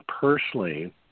personally